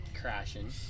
crashing